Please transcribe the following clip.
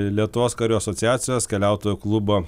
lietuvos karių asociacijos keliautojų klubo